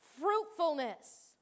fruitfulness